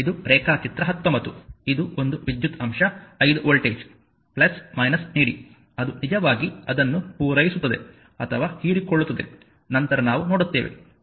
ಇದು ರೇಖಾಚಿತ್ರ 19 ಇದು ಒಂದು ವಿದ್ಯುತ್ ಅಂಶ 5 ವೋಲ್ಟೇಜ್ − ನೀಡಿ ಅದು ನಿಜವಾಗಿ ಅದನ್ನು ಪೂರೈಸುತ್ತದೆ ಅಥವಾ ಹೀರಿಕೊಳ್ಳುತ್ತದೆ ನಂತರ ನಾವು ನೋಡುತ್ತೇವೆ